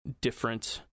different